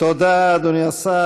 תודה, אדוני השר.